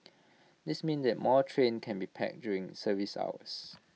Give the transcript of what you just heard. this means the more trains can be packed during service hours